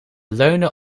leunde